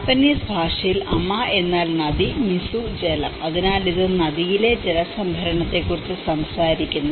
Japanese ഭാഷയിൽ അമ എന്നാൽ നദി മിസു ജലം അതിനാൽ ഇത് നദിയിലെ ജലസംഭരണത്തെക്കുറിച്ച് സംസാരിക്കുന്നു